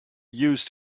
used